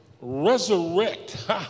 resurrect